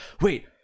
Wait